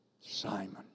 Simon